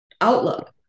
outlook